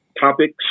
topics